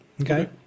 Okay